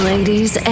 Ladies